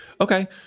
Okay